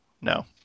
no